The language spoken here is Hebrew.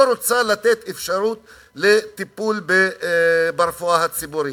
רוצה לתת אפשרות לטיפול ברפואה הציבורית.